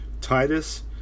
Titus